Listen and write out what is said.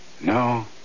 No